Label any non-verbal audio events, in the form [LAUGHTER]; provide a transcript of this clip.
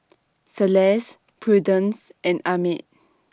[NOISE] Celeste Prudence and Ahmed